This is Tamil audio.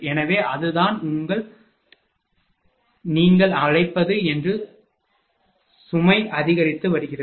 எனவே அதுதான் உங்கள் நீங்கள் அழைப்பது என்று சுமை அதிகரித்து வருகிறது